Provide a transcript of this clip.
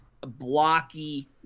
blocky